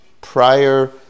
prior